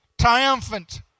triumphant